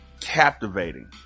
captivating